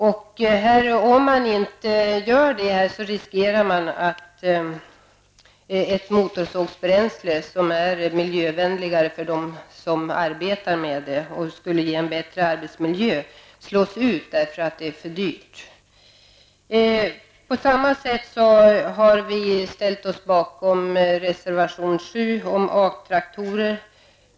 Om så inte blir fallet, finns det en risk att ett motorsågsbränsle som är ofarligare för den som arbetar med det och som alltså innebär en bättre arbetsmiljö slås ut på grund av att det blir för dyrt. Likaså står vi bakom reservation 7 om A-traktorer.